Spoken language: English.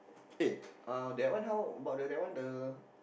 eh uh that one how about the that one the